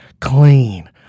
clean